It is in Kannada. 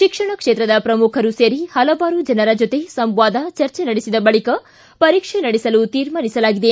ಶಿಕ್ಷಣ ಕ್ಷೇತ್ರದ ಪ್ರಮುಖರು ಸೇರಿ ಹಲವಾರು ಜನರ ಜೊತೆ ಸಂವಾದ ಚರ್ಜೆ ನಡೆಸಿದ ಬಳಿಕ ಪರೀಕ್ಷೆ ನಡೆಸಲು ತೀರ್ಮಾನಿಸಲಾಗಿದೆ